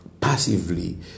passively